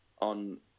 on